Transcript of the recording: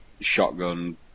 shotgun